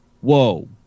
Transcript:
whoa